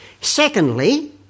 Secondly